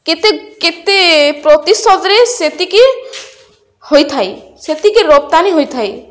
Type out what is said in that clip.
କେତେ କେତେ ପ୍ରତିଶତରେ ସେତିକି ହୋଇଥାଏ ସେତିକି ରପ୍ତାନି ହୋଇଥାଏ